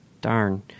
darn